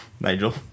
Nigel